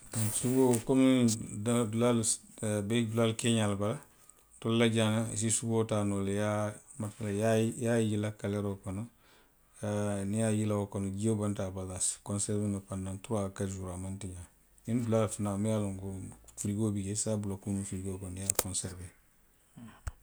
Suboo komiŋ dulaalu be dulaalu keeňaa le bala. Ntolu la jaŋ. i si suboo taa noo le i ye a, i ye a yiila kaleeroo kono. ooo niŋ i ye a yiila kono, jio banta a bala, a se konseriwee noo pandaŋ turuwaa aa katiri suuri a maŋ tiňaa. niŋ dulaa fanaŋ miŋ ye a loŋ ko firigoo bi jee, i se a bula kuŋ firigoo kono i ye a konseriwee.